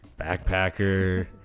backpacker